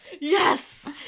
Yes